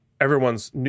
everyone's